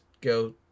go